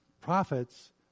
prophets